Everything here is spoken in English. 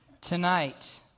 Tonight